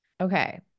Okay